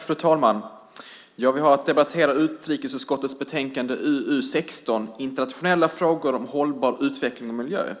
Fru talman! Vi har att debattera utrikesutskottets betänkande UU16 Internationella frågor om hållbar utveckling och miljö .